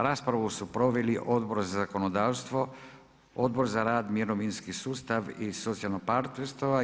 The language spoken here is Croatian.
Raspravu su proveli Odbor za zakonodavstvo, Odbor za rad, mirovinski sustav i socijalno partnerstvo.